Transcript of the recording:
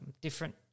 different